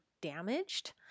damaged